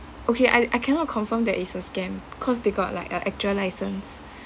okay I I cannot confirm that is a scam cause they got like a actual licence